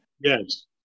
Yes